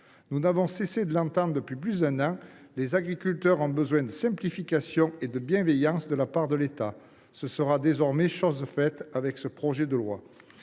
Nous n’avons cessé de l’entendre depuis plus d’un an : les agriculteurs ont besoin de simplification et de bienveillance de la part de l’État. Ce sera chose faite avec ce texte.